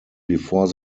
before